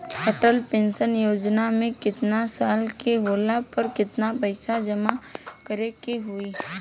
Atal pension योजना मे केतना साल के होला पर केतना पईसा जमा करे के होई?